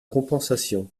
compensation